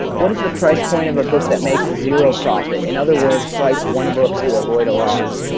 what is the price point of a book that makes a zero profit? in other words, price one book to avoid a loss?